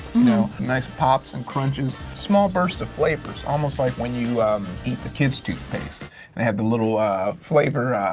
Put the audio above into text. you know nice pops and crunches. small bursts of flavors. almost like when you eat the kids toothpaste. they have the little ah flavor,